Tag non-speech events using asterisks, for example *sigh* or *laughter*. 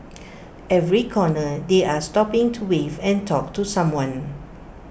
*noise* every corner they are stopping to wave and talk to someone